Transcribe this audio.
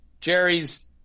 Jerry's